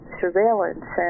surveillance